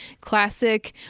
classic